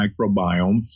microbiome